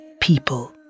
people